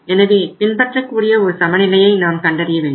எனவே பின்பற்றக்கூடிய ஒரு சமநிலையை நாம் கண்டறிய வேண்டும்